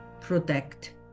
protect